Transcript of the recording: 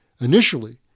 Initially